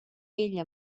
ella